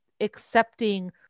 accepting